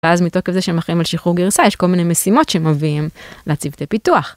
אז מתוקף זה שמאחרים על שחרור גרסה יש כל מיני משימות שמביאים לצוותי פיתוח.